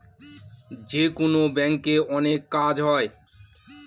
যেকোনো ব্যাঙ্কে অনেক কাজ হয়